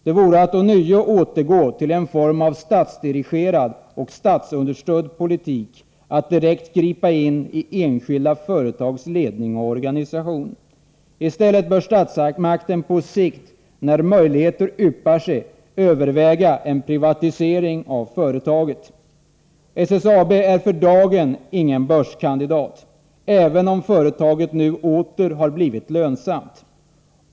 Det vore att återgå till en form av statsdirigerad och statsunderstödd politik att direkt gripa in i enskilda företags ledning och organisation. I stället bör statsmakten på sikt, när möjligheter yppar sig, överväga en privatisering av företaget. SSAB är för dagen ingen börskandidat, även om företaget nu åter har blivit lönsamt.